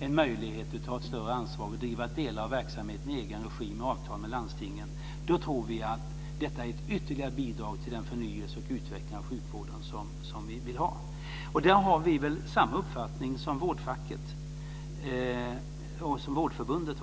det möjlighet att ta ett större ansvar och driva delar av verksamheten i egen regi i avtal med landstingen, tror vi att detta är ett ytterligare bidrag till den förnyelse och utveckling av sjukvården som vi vill ha. Där har vi samma uppfattning som Vårdförbundet.